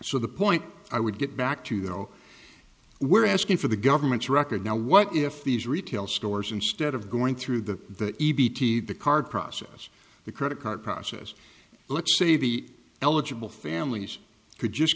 so the point i would get back to you though we're asking for the government's record now what if these retail stores instead of going through the e p t the card process the credit card process let's say be eligible families who just